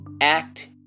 act